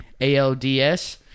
ALDS